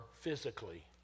physically